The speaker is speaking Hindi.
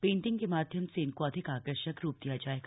पेंटिंग के माध्यम से इनको अधिक आकर्षक रूप दिया जाएगा